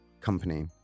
company